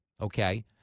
okay